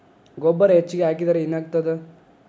ಗೊಬ್ಬರ ಹೆಚ್ಚಿಗೆ ಹಾಕಿದರೆ ಏನಾಗ್ತದ?